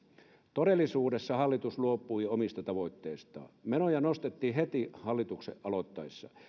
todellisuudessa hallitus luopui omista tavoitteistaan menoja nostettiin heti hallituksen aloittaessa